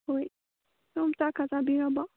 ꯍꯣꯏ ꯑꯗꯣꯝ ꯆꯥꯛꯀ ꯆꯥꯕꯤꯔꯕꯣ